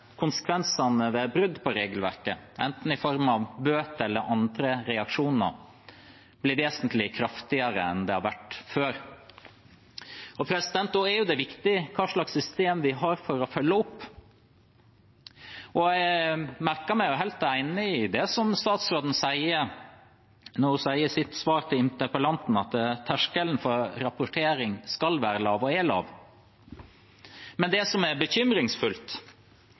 konsekvensene ved brudd på regelverket, i form av enten bøter eller andre reaksjoner, ble vesentlig kraftigere enn de har vært før. Da er det viktig hva slags system vi har for å følge opp. Jeg merker meg og er helt enig i det statsråden sier, når hun i sitt svar til interpellanten sier at terskelen for rapportering skal være og er lav. Men det som er bekymringsfullt,